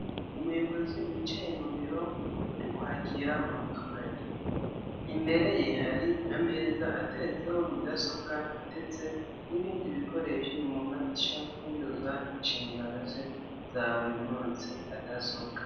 Umuyobozi wicaye mu biro, uri kwakira umuturage. Imbere ye hari ameza ateretseho mudasobwa, ndetse n'ibindi bikoresho bimufasha kuzuza inshingano ze za buri munsi adasobwa.